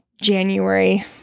January